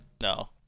No